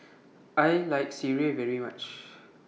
I like Sireh very much